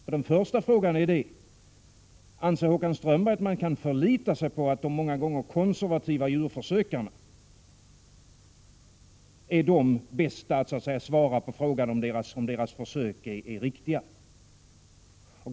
Den första frågan är: Anser Håkan Strömberg att man kan förlita sig på att de många gånger konservativa djurforskarna är de som bäst kan svara på frågan om huruvida deras försök är riktiga?